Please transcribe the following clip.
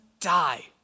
die